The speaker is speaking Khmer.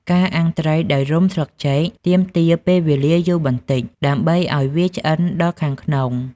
ការអាំងត្រីដោយរុំស្លឹកចេក ទាមទារពេលវេលាយូរបន្តិចដើម្បីឲ្យវាឆ្អិនដល់ខាងក្នុង។